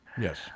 yes